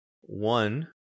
One